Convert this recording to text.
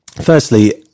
firstly